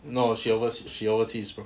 no she overseas she overseas bro